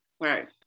Right